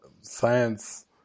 science